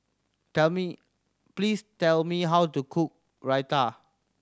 tell me please tell me how to cook Raita